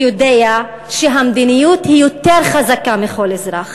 יודע שהמדיניות יותר חזקה מכל אזרח.